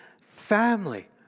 family